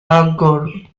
agojn